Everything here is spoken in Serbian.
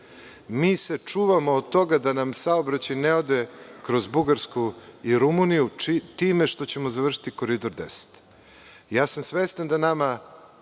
Mi se čuvamo od toga da nam saobraćaj ne ode kroz Bugarsku i Rumuniju time što ćemo završiti Koridor 10. Svestan sam